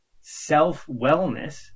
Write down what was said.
self-wellness